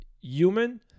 human